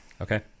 Okay